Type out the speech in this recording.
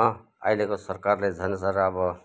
हो अहिलेको सरकारले झन् साह्रो अब